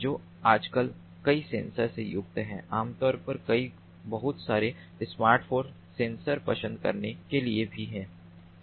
जो आजकल कई सेंसर से युक्त हैं आमतौर पर कई बहुत सारे स्मार्टफोन सेंसर पसंद करने के लिए भी हैं